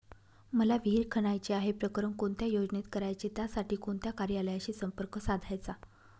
मला विहिर खणायची आहे, प्रकरण कोणत्या योजनेत करायचे त्यासाठी कोणत्या कार्यालयाशी संपर्क साधायचा?